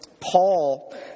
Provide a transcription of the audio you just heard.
Paul